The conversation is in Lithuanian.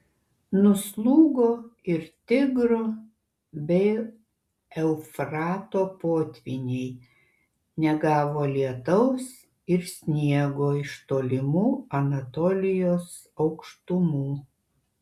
nuslūgo ir tigro bei eufrato potvyniai negavo lietaus ir sniego iš tolimų anatolijos aukštumų